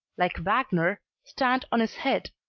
like wagner, stand on his head.